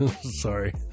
sorry